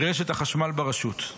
רשת החשמל ברשות.